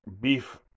beef